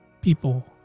people